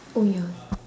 oh ya